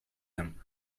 him